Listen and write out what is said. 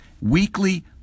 weekly